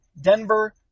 Denver